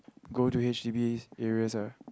go to H_D_B areas ah